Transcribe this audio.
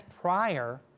prior